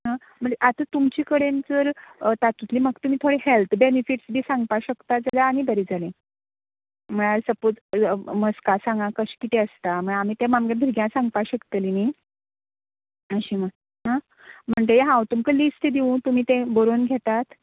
आ म्हणटा आता तुमचे कडेन जर तातूंतली म्हाका तुमी थोडें हॅल्थ बॅनिफिट्स बी सांगपाक शकता जाल्यार आनीक बरें जालें म्हळ्यार सपोज मस्का शागां कशें कितें आसता म्हळ्यार आमी तें आमगे भुरग्यांक सांगपाक शकतली न्ही अशें म्हण आ म्हणटगीर हांव तुमकां लिस्ट दिवू तुमी तें बरोवन घेतात